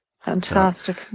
Fantastic